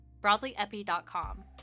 BroadlyEpi.com